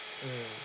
mm